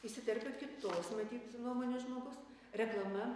įsiterpia kitos matyt nuomonės žmogus reklama